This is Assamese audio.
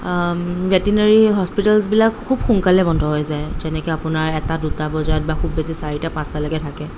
ভেটেনাৰী হস্পিতেলছবিলাক খুব সোনকালে বন্ধ হৈ যায় যেনেকৈ আপোনাৰ এটা দুটা বজাত বা খুব বেছি চাৰিটা পাঁচটালৈকে থাকে